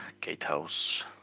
gatehouse